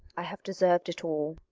i have deserved it all.